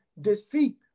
deceit